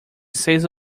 seis